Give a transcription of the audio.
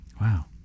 Wow